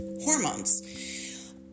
hormones